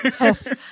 Yes